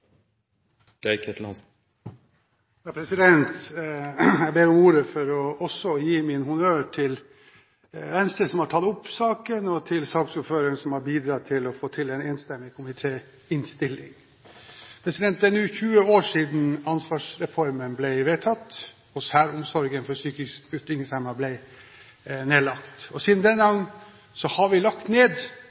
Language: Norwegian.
Jeg ber om ordet for også å gi min honnør til Venstre, som har tatt opp saken, og til saksordføreren, som har bidratt til å få til en enstemmig komitéinnstilling. Det er nå 20 år siden ansvarsreformen ble vedtatt, og særomsorgen for psykisk utviklingshemmede ble nedlagt. Siden den gang har vi lagt ned